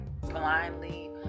blindly